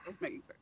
amazing